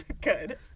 good